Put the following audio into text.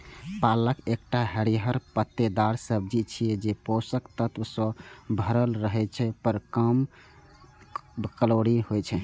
पालक एकटा हरियर पत्तेदार सब्जी छियै, जे पोषक तत्व सं भरल रहै छै, पर कम कैलोरी होइ छै